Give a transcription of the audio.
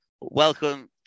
Welcome